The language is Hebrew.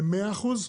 למאה אחוז?